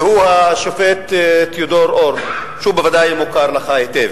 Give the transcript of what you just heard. השופט תיאודור אור, שבוודאי מוכר לך היטב,